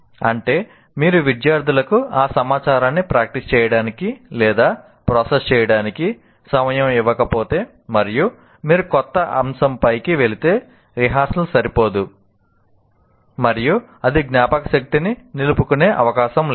అంటే మీరు విద్యార్థులకు ఆ సమాచారాన్ని ప్రాక్టీస్ చేయడానికి లేదా ప్రాసెస్ చేయడానికి సమయం ఇవ్వకపోతే మరియు మీరు క్రొత్త అంశంపైకి వెళితే రిహార్సల్ సరిపోదు మరియు అది జ్ఞాపకశక్తిని నిలుపుకునే అవకాశం లేదు